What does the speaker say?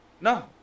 No